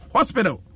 Hospital